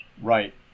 Right